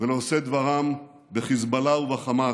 ולעושי דברם בחיזבאללה ובחמאס: